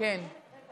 גברתי